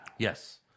Yes